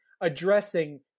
addressing